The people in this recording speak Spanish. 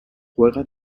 juega